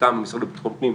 מטעם המשרד לביטחון הפנים,